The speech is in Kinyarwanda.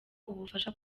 ubufasha